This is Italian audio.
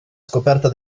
scoperta